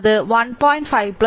അത് 1